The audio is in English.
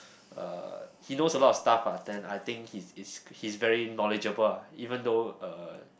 uh he knows a lot of stuff ah then I think he's he's he's very knowledgeable ah even though uh